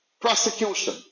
prosecution